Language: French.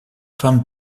femme